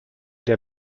der